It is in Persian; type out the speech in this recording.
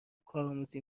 کارآموزی